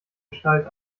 gestalt